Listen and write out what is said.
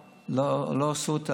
17 גברים רצחו 17